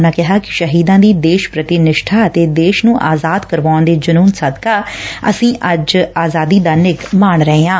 ਉਨੂਾ ਕਿਹਾ ਕਿ ਸ਼ਹੀਦਾ ਦੀ ਦੇਸ਼ ਪ੍ਰਤੀ ਨਿਸ਼ਠਾ ਅਤੇ ਦੇਸ਼ ਨੂੰ ਆਜ਼ਾਦ ਕਰਵਾਉਣ ਦੇ ਜਨੂੰਨ ਸਦਕਾ ਅਸੀ ਆਜ਼ਾਦੀ ਦਾ ਨਿੱਘ ਮਾਣ ਰਹੇ ਹਾਂ